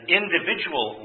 individual